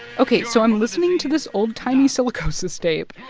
ok. so i'm listening to this old-timey silicosis tape.